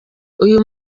uyu